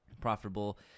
Profitable